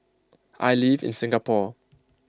I live in Singapore